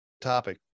topic